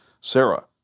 Sarah